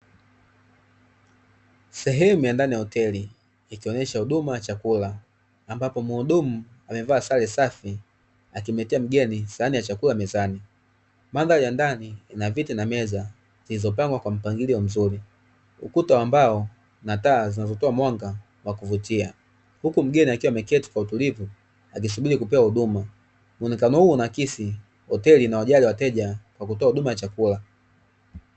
Sehemu ya ndani ya hoteli, ikionyesha huduma ya chakula, ambapo muhudumu amevaa sare safi, akimletea mgeni sahani ya chakula mezani. Mandhari ya ndani ina viti na meza zilizopangwa kwa mpangilio mzuri. Ukuta mbao na taa zinazotoa mwanga wa kuvutia. Huku mgeni akiwa ameketi kwa utulivu, akisubiri kupewa huduma. Muonekano huu unakisi hoteli inayojali wateja kwa kutoa huduma ya chakula.